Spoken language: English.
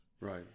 Right